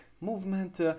movement